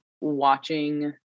watching